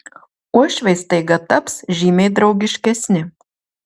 uošviai staiga taps žymiai draugiškesni